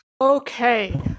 Okay